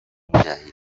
میدهید